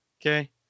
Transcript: okay